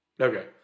Okay